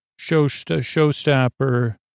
Showstopper